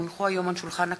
כי הונחו היום על שולחן הכנסת,